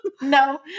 No